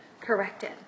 corrected